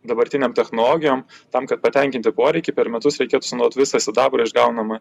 dabartinėm technologijom tam kad patenkinti poreikį per metus reikėtų sunot visą sidabrą išgaunamą